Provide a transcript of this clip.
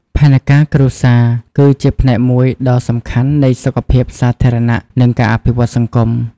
ផែនការគ្រួសារគឺជាផ្នែកមួយដ៏សំខាន់នៃសុខភាពសាធារណៈ និងការអភិវឌ្ឍសង្គម។